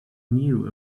knew